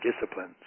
disciplines